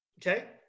Okay